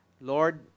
Lord